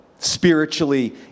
spiritually